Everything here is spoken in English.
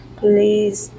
please